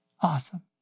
Awesome